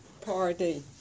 Party